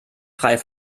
frei